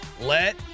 Let